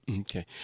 Okay